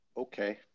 okay